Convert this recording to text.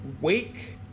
Wake